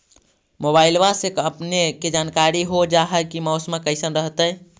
मोबाईलबा से अपने के जानकारी हो जा है की मौसमा कैसन रहतय?